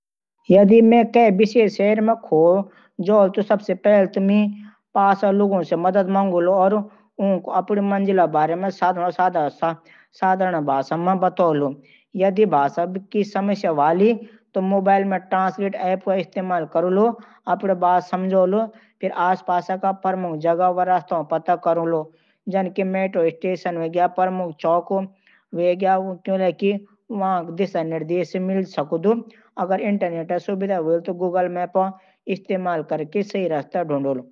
जदि मैं किसी विदेशी शहर मं खो जाऊं, तो पहले मं पास के लोगन स मदद मांगूंगा। उन्को अपनी मंजिल बारे मं साधारण और सादा शब्दन मं बताऊंगा। जदि भाषा की समस्या हो, तो मोबाइल में ट्रांसलेशन ऐप का इस्तेमाल करकै अपनी बात समझाऊंगा। फिर, मैं आसपास के प्रमुख जगहन या रास्तन का पता करूंगा, जैसे मेट्रो स्टेशन या प्रमुख चौक, क्योंकि वहाँ दिशा-निर्देश मिल सकते हैं। अगर इंटरनेट की सुविधा हो, तो गूगल मैप्स का इस्तेमाल करकै सही रास्ता ढूंढूंगा।